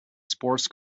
sports